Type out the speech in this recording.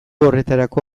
horretarako